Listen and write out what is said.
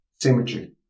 symmetry